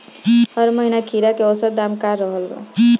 एह महीना खीरा के औसत दाम का रहल बा?